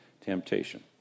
temptation